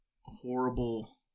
horrible